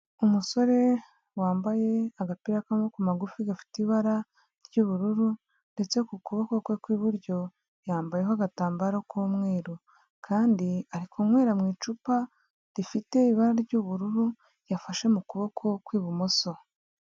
Umusore wambaye agapira k'amaboko magufi, gafite ibara ry'ubururu ndetse ku kuboko kwe kw'iburyo, yambayeho agatambaro k'umweru kandi ari kunywera mu icupa, rifite ibara ry'ubururu, yafashe mu kuboko kw'ibumoso.